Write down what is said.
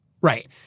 Right